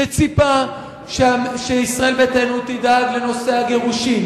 שציפה שישראל ביתנו תדאג לנושא הגירושין